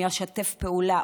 אני אשתף פעולה,